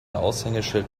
aushängeschild